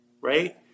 right